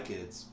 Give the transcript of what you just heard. Kids